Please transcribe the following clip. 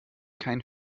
kein